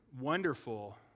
wonderful